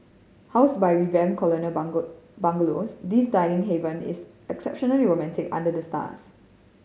housed by revamped colonial bungalows this dining haven is exceptionally romantic under the stars